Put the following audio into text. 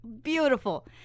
beautiful